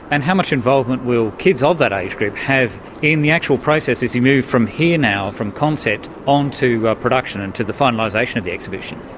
and how much involvement will kids of that age group have in the actual process as we move from here now, from concept, on to production and to the finalisation of the exhibition?